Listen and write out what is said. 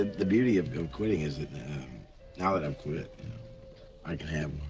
the beauty of quitting is now that i've quit i can have